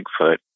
Bigfoot